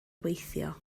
weithio